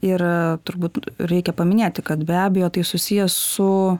ir turbūt reikia paminėti kad be abejo tai susiję su